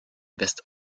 west